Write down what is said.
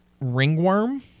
ringworm